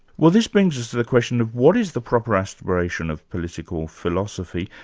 well, this brings us to the question of what is the proper aspiration of political philosophy,